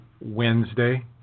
Wednesday